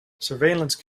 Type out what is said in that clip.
surveillance